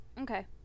Okay